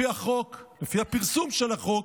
לפי החוק, לפי הפרסום של החוק,